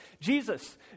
Jesus